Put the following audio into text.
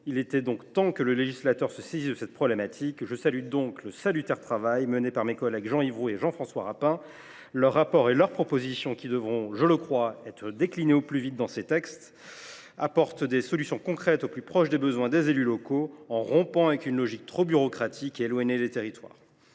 Il était temps que le législateur se saisisse de cette problématique. Je salue à ce titre le salutaire travail mené par Jean Yves Roux et Jean François Rapin. Leur rapport d’information, ainsi que les propositions qui devront être déclinées au plus vite dans des textes, apportent des solutions concrètes au plus près des besoins des élus locaux, en rompant avec une logique trop bureaucratique et éloignée des territoires.